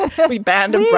ah heavy band of yeah